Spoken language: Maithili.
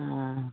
हँ